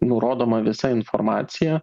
nurodoma visa informacija